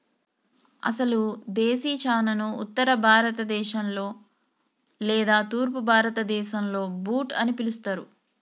అసలు దేశీ చనాను ఉత్తర భారత దేశంలో లేదా తూర్పు భారతదేసంలో బూట్ అని పిలుస్తారు